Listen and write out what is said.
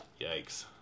Yikes